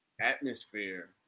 atmosphere